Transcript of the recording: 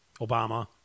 Obama